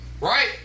right